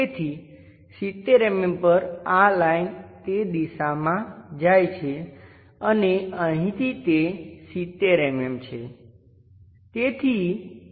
તેથી 70 mm પર આ લાઈન તે દિશામાં જાય છે અને અહીંથી તે 70 mm છે